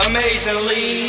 Amazingly